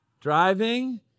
Driving